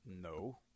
No